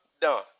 done